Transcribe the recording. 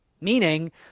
Meaning